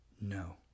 No